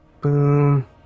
boom